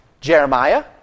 Jeremiah